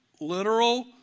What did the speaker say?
literal